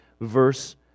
verse